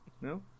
No